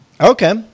Okay